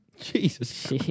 Jesus